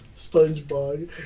SpongeBob